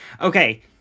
Okay